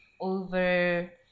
over